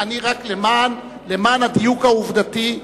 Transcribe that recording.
רק למען הדיוק העובדתי,